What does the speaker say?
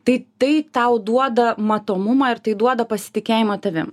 tai tai tau duoda matomumą ir tai duoda pasitikėjimą tavim